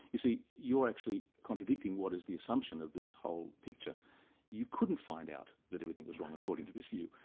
you see, you're actually contradicting what is the assumption of this whole picture you couldn't find out that everything was wrong according to this view.